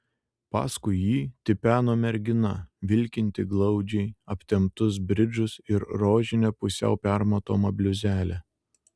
paskui jį tipeno mergina vilkinti glaudžiai aptemptus bridžus ir rožinę pusiau permatomą bliuzelę